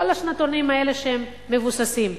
לא לעשירונים האלה שהם מבוססים,